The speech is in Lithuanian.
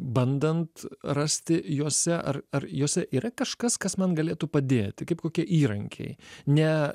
bandant rasti jose ar ar jose yra kažkas kas man galėtų padėti kaip kokie įrankiai ne